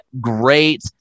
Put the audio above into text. great